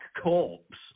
corpse